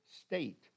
state